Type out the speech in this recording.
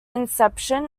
inception